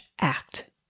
act